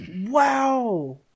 Wow